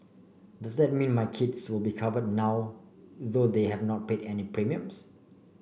does that mean my kids will be covered now though they have not paid any premiums